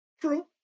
True